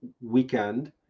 weekend